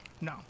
No